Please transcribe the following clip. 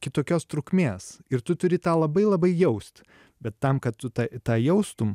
kitokios trukmės ir tu turi tą labai labai jaust bet tam kad tu tą tą jaustum